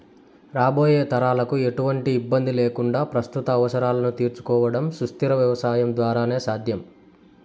రాబోయే తరాలకు ఎటువంటి ఇబ్బంది లేకుండా ప్రస్తుత అవసరాలను తీర్చుకోవడం సుస్థిర వ్యవసాయం ద్వారానే సాధ్యం